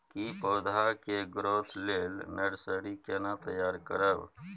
की पौधा के ग्रोथ लेल नर्सरी केना तैयार करब?